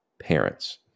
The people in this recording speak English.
parents